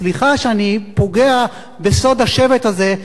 סליחה שאני פוגע בסוד השבט הזה,